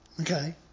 Okay